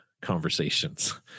conversations